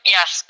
Yes